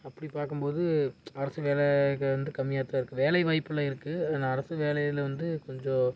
அப்படி பார்க்கும்போது அரசு வேலைகள் வந்து கம்மியாகத்தான் இருக்குது வேலைவாய்ப்பில் இருக்குது ஆனால் அரசு வேலையில் வந்து கொஞ்சம்